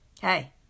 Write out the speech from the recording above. Hey